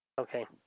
Okay